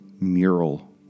mural